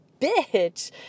bitch